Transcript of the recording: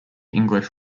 english